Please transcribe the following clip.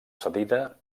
cedida